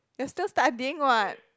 you're still studying what